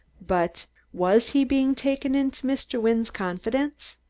but was he being taken into mr. wynne's confidence?